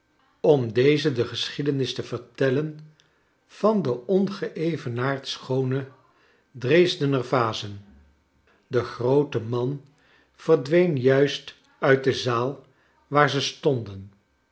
om dezen de geschiedenis te vertellen van de ongeevenaard schoone dresdener vazen de groote man verdween juist uit de zaal waar ze stonden